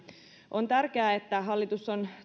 on tärkeää että hallitus on